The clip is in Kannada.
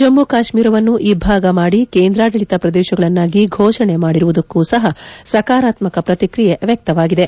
ಜಮ್ಮು ಕಾಶ್ಮೀರವನ್ನು ಇಬ್ಬಾಗ ಮಾಡಿ ಕೇಂದ್ರಾದಳಿತ ಪ್ರದೇಶಗಳನ್ನಾಗಿ ಘೋಷಣೆ ಮಾಡಿರುವುದಕ್ಕೂ ಸಹ ಸಕಾರಾತ್ಮಕ ಪ್ರತಿಕ್ರಿಯೆ ವ್ಯಕ್ತವಾಗಿದೆ